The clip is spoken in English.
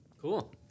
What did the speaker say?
Cool